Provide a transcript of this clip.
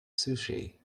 sushi